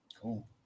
Cool